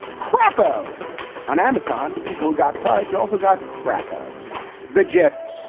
crapo on amazon, people who got fired. you also got crapo the gist,